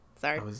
Sorry